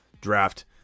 draft